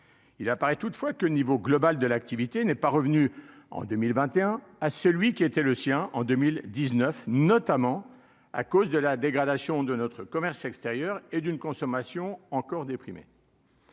Il apparaît toutefois que le niveau global de l'activité n'est pas revenu en 2021 à celui qui était le sien en 2019, notamment à cause de la dégradation de notre commerce extérieur et d'une consommation encore déprimer.